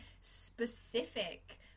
specific